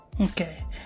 okay